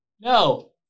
no